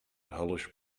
hellish